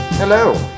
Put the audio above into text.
Hello